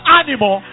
animal